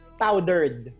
powdered